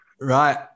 right